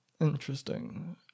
interesting